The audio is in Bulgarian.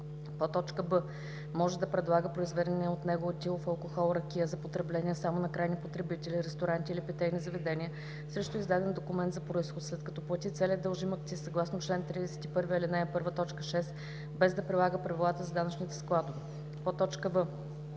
процента; б) може да предлага произведения от него етилов алкохол (ракия) за потребление само на крайни потребители, ресторанти или питейни заведения срещу издаден документ за произход, след като плати целия дължим акциз съгласно чл. 31, ал. 1, т. 6, без да прилага правилата за данъчните складове; в) подава